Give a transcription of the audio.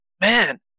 Man